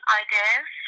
ideas